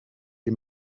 les